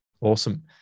Awesome